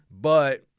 but-